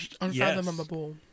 Unfathomable